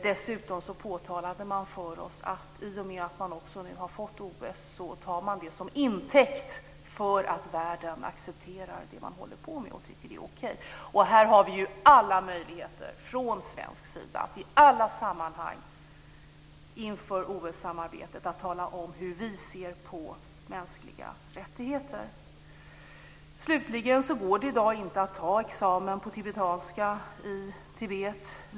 Dessutom påtalade man för oss att i och med att Kina ska få arrangera OS tar man det till intäkt för att världen accepterar det man håller på med och tycker att det är okej. Här har vi alla möjligheter från svensk sida att i alla sammanhang inför OS-samarbetet tala om hur vi ser på mänskliga rättigheter. I dag går det inte att ta examen på tibetanska i Tibet.